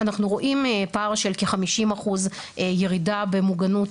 אנחנו רואים פער של כ-50% עלייה במוגנות